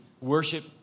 worship